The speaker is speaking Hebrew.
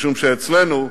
משום שאצלנו,